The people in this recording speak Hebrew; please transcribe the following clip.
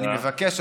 אני מבקש,